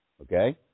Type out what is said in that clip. Okay